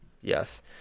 Yes